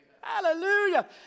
Hallelujah